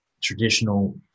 traditional